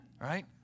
right